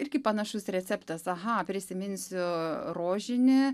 irgi panašus receptas aha prisiminsiu rožinį